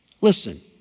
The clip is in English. Listen